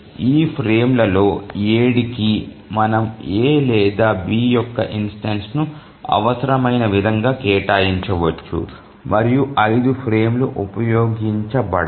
ఆ ఫ్రేమ్లలో 7 కి మనము A లేదా B యొక్క ఇన్స్టెన్సును అవసరమైన విధంగా కేటాయించవచ్చు మరియు 5 ఫ్రేమ్లు ఉపయోగించబడవు